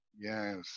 Yes